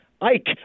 Ike